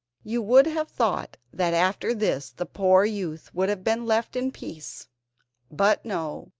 you would have thought that after this the poor youth would have been left in peace but no,